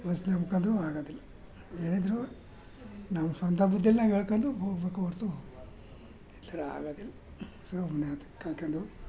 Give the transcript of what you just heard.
bus ನಂಬ್ಕೊಂಡ್ರು ಆಗೋದಿಲ್ಲ ಏನಿದ್ದರು ನಾವು ಸ್ವಂತ ಬುದ್ದಿಯಲ್ಲೆ ಹೇಳ್ಕೊಂಡು ಹೋಗ್ಬೇಕು ಹೊರ್ತು ಈ ಥರ ಆಗೋದಿಲ್ಲ ಸುಮ್ಮನೆ ಅದಕ್ಕೆ ಕಾಯ್ಕೊಂಡು